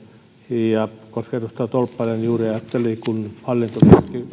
ja kuten edustaja tolppanen juuri ajatteli kun hallinto